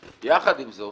יחד עם זאת